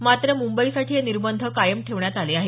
मात्र मुंबईसाठी हे निर्बंध कायम ठेवण्यात आले आहेत